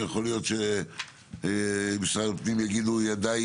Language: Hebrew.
יכול להיות שמשרד הפנים יגידו ידיי